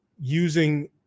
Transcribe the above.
using